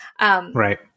Right